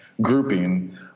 grouping